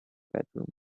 bedroom